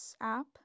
app